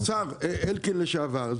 השר אלקין לשעבר,